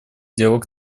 диалог